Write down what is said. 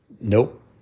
Nope